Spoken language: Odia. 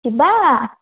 ଯିବା